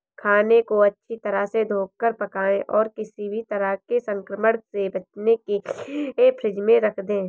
खाने को अच्छी तरह से धोकर पकाएं और किसी भी तरह के संक्रमण से बचने के लिए फ्रिज में रख दें